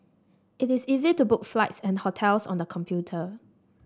it is easy to book flights and hotels on the computer